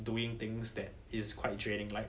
doing things that is quite draining like